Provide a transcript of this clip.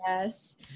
yes